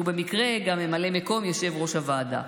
שהוא במקרה גם ממלא מקום יושב-ראש הוועדה.